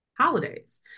holidays